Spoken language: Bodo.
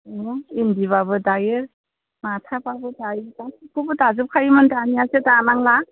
औ इन्दिबाबो दायो माथाबाबो दायो गासैखौबो दाजोबखायोमोन दानियासो दानांला